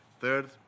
Third